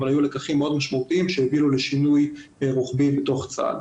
אבל היו לקחים מאוד משמעותיים שהביאו לשינוי רוחבי בתוך צה"ל.